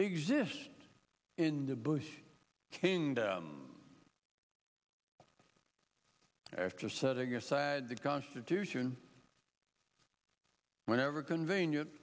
exist in the bush kingdom after setting aside the constitution whenever convenient